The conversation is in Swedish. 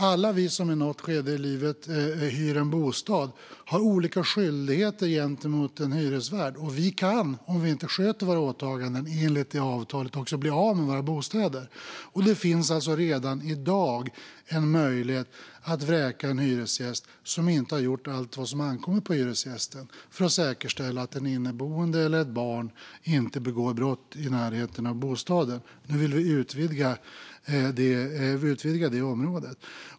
Alla vi som i något skede i livet hyr en bostad har olika skyldigheter gentemot en hyresvärd. Vi kan om vi inte sköter våra åtaganden enligt avtalet bli av med våra bostäder. Det finns redan i dag en möjlighet att vräka en hyresgäst som inte har gjort allt vad som ankommer på hyresgästen för att säkerställa att en inneboende eller ett barn inte begår brott i närheten av bostaden. Nu vill vi utvidga området.